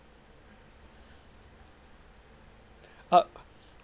uh